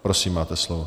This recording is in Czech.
Prosím, máte slovo.